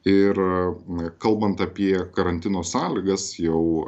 ir na kalbant apie karantino sąlygas jau